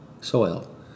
soil